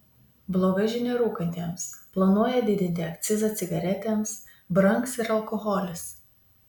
bloga žinia rūkantiems planuoja didinti akcizą cigaretėms brangs ir alkoholis